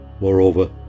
Moreover